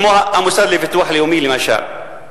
כמו המוסד לביטוח לאומי למשל?